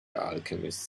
alchemist